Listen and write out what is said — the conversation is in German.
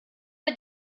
bei